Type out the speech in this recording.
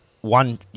one